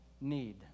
need